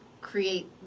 create